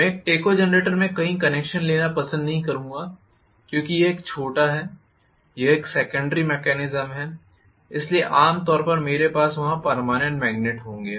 मैं एक टेकोजनरेटर में कई कनेक्शन लेना पसंद नहीं करूंगा क्योंकि यह एक छोटा है यह एक सेकेंडरी मेकेनिस्म है इसलिए आम तौर पर मेरे पास वहां पर्मानेंट मेग्नेट होंगे